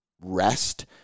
rest